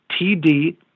TD